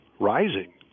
rising